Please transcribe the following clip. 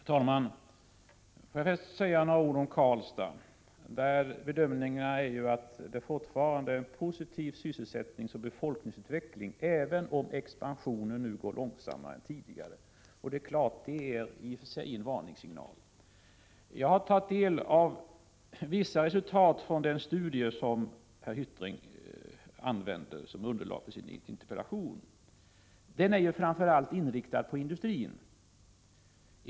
Herr talman! Får jag först säga några ord om Karlstad. Bedömningen är ju att det där fortfarande är en positiv sysselsättningsoch befolkningsutveckling, även om expansionen nu går långsammare än tidigare. Det är klart att den sistnämnda omständigheten i och för sig är en varningssignal. Jag har tagit del av vissa resultat från den studie som herr Hyttring använder som underlag för sin interpellation. Denna studie är ju framför allt inriktad på industrin.